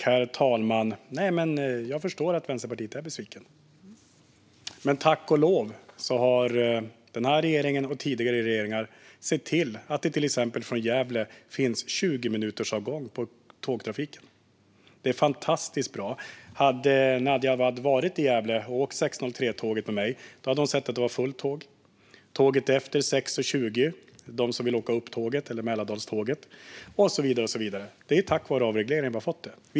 Herr talman! Jag förstår att man är besviken i Vänsterpartiet. Men tack och lov har den här regeringen och tidigare regeringar sett till att det till exempel finns 20-minutersavgångar i tågtrafiken från Gävle. Det är fantastiskt bra. Hade Nadja Awad varit i Gävle och åkt 06.03-tåget med mig hade hon sett att det var ett fullt tåg. Det var likadant med tåget efter, klockan 06.20. Det finns de som vill åka med Upptåget eller Mälartåg och så vidare. Det är tack vare avregleringen vi har fått dessa möjligheter.